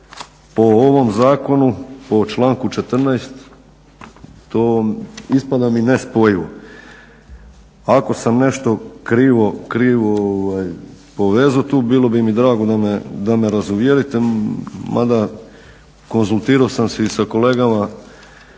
po ovom zakonu, po članku 14. to ispada mi nespojivo. Ako sam nešto krivo povezao tu, bilo bi mi drago da me razuvjerite, mada konzultirao sam se i sa kolegama